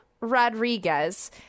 Rodriguez